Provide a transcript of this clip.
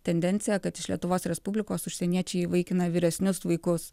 tendencija kad iš lietuvos respublikos užsieniečiai įvaikina vyresnius vaikus